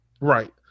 right